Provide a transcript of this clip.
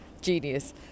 Genius